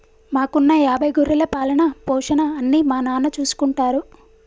మాకున్న యాభై గొర్రెల పాలన, పోషణ అన్నీ మా నాన్న చూసుకుంటారు